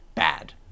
bad